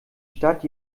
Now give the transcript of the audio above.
stadt